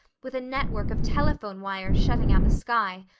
with a network of telephone wires shutting out the sky,